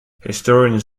historians